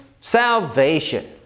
salvation